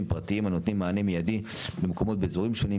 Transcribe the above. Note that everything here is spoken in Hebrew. פרטיים הנותנים מענה מידי במקומות באזורים שונים,